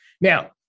now